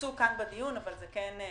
ימוצו כאן בדיון, אבל זה כן חשוב.